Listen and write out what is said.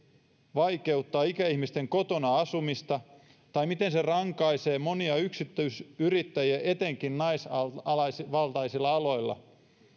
vaikeuttaa ikäihmisten kotona asumista tai miten se rankaisee monia yksityisyrittäjiä etenkin naisvaltaisilla aloilla